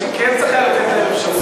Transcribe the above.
אני חושב שכן צריך היה לתת להם אפשרות,